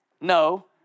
No